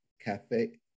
Cafe